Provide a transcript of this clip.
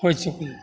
होइ छीकै